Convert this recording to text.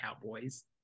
Cowboys